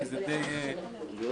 כי זה די פרוע.